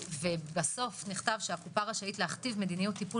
ובסוף נכתב שהקופה רשאית להכתיב מדיניות טיפול